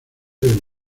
del